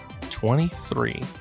Twenty-three